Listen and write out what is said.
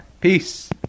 Peace